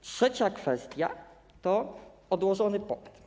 Trzecia kwestia to odłożony popyt.